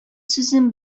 сүзен